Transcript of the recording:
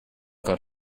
got